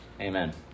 Amen